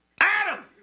Adam